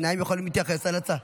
שניים יכולים להתייחס להצעה.